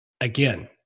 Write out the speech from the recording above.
again